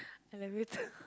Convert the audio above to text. I love you too